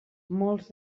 molts